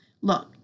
Look